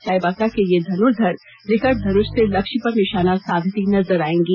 चाईबासा के ये धनुर्धर रिकर्व धनुष से लक्ष्य पर निशाना साधती नजर आयेंगे